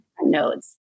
nodes